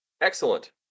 Excellent